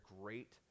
great